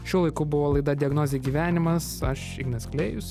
šiuo laiku buvo laida diagnozė gyvenimas aš ignas klėjus